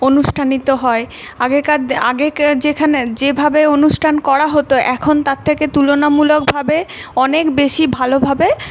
অনুষ্ঠিত হয় আগেকার আগে যেখানে যেভাবে অনুষ্ঠান করা হত এখন তার থেকে তুলনামূলকভাবে অনেক বেশি ভালোভাবে